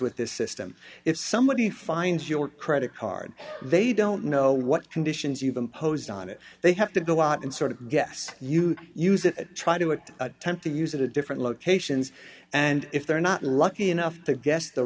with this system if somebody finds your credit card they don't know what conditions you've imposed on it they have to go out and sort of guess you use it try to attempt to use it at different locations and if they're not lucky enough to guess the